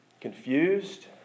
confused